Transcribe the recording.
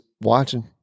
watching